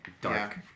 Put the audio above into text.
Dark